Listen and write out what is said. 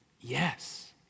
Yes